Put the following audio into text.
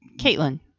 caitlin